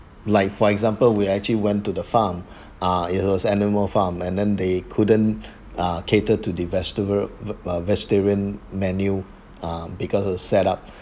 like for example we actually went to the farm uh it was animal farm and then they couldn't uh cater to the vegetable uh vegetarian menu uh because of the set up